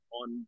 on